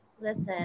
listen